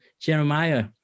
Jeremiah